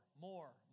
more